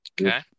Okay